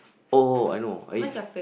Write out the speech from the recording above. oh I know I eat s~